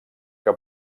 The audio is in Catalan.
que